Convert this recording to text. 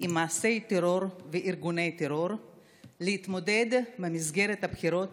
עם מעשי טרור וארגוני טרור להתמודד במסגרת הבחירות